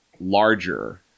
larger